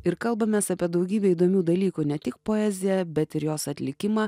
ir kalbamės apie daugybę įdomių dalykų ne tik poeziją bet ir jos atlikimą